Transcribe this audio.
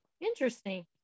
Interesting